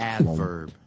Adverb